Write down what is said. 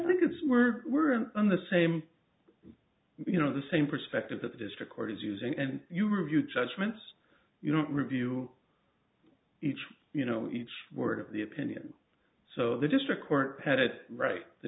fanatic it's we're weren't on the same you know the same perspective that the district court is using and you review judgments you know review each you know each word of the opinion so the district court had it right the